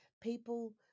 people